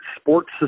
sports